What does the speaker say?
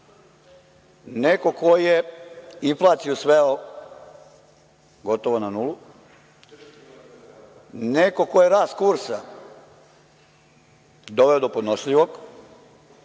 neko ko je inflaciju sveo gotovo na nulu, neko ko je rast kursa doveo do podnošljivog,